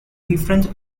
befriend